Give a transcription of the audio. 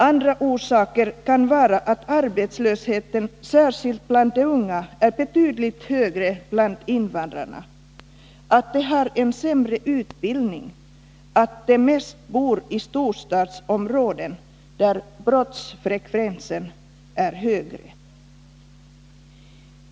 Andra orsaker kan vara att arbetslösheten särskilt bland de unga är betydligt högre bland invandrarna, att de har en sämre utbildning, att de mest bor i storstadsområden där brottsfrekvensen är högre.